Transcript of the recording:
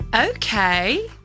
Okay